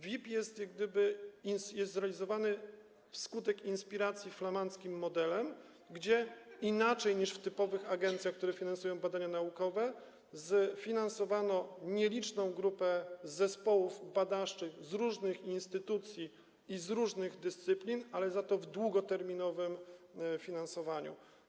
WIP jest zrealizowany wskutek inspiracji flamandzkim modelem, gdzie - inaczej niż w typowych agencjach, które finansują badania naukowe - sfinansowano nieliczną grupę zespołów badawczych z różnych instytucji i z różnych dyscyplin, ale za to w długoterminowym finansowaniu.